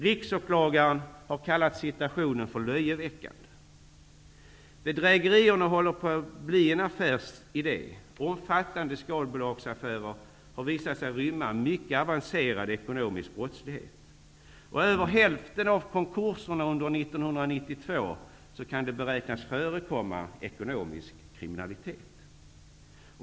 Riksåklagaren har kallat situationen för löjeväckande. Bedrägerierna håller på att bli en affärsidé. Omfattande skalbolagsaffärer har visat sig rymma mycket avancerad ekonomisk brottslighet. I över hälften av konkurserna under 1992 beräknas det förekomma ekonomisk kriminalitet.